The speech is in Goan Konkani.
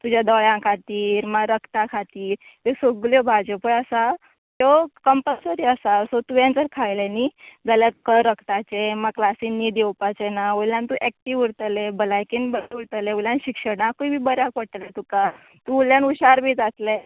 तुज्या दोळ्या खातीर मागीर रगता खातीर ह्यो सगळ्यो भाज्यो पय आसा त्यो कंम्पल्सरी आसा सो तुवेन जर खायलें न्ही मागीर रगताचें मागी क्लासीन न्हीद योवपाचें ना वयल्यान तूं एक्टीव उरतलें भलायकेन बरें उरतलें वयल्यान शिक्षणाकूय बी बऱ्याक पडटलें तुका तूं वयल्यान हुशार बी जातलें